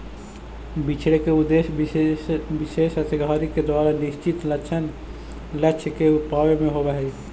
बिछड़े के उद्देश्य विशेष अधिकारी के द्वारा निश्चित लक्ष्य के पावे में होवऽ हई